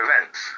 events